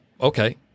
Okay